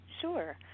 Sure